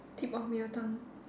tip of your tongue